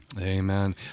Amen